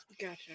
Gotcha